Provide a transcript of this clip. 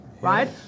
right